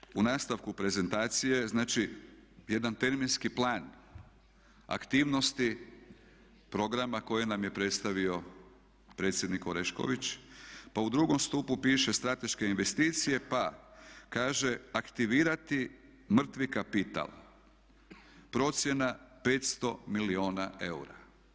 Nadalje, u nastavku prezentacije znači jedan terminski plan aktivnosti programa koje nam je predstavio predsjednik Orešković pa u drugom stupu piše strateške investicije pa kaže aktivirati mrtvi kapital, procjena 500 milijuna eura.